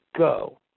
go